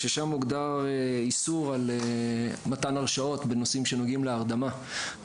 שם הוגדר איסור על מתן הרשאות בנושאים שנוגעים להרדמה.